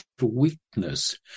weakness